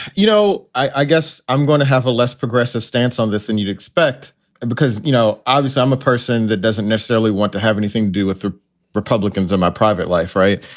you know, i guess i'm going to have a less progressive stance on this than you'd expect because, you know, ah i i'm a person that doesn't necessarily want to have anything to do with the republicans in my private life. right.